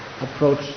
approach